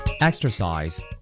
Exercise